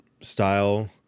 style